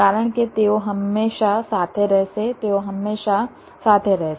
કારણ કે તેઓ હંમેશા સાથે રહેશે તેઓ હંમેશા સાથે રહેશે